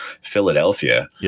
Philadelphia